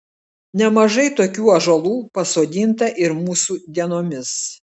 nemažai tokių ąžuolų pasodinta ir mūsų dienomis